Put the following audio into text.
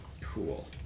Cool